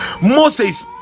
Moses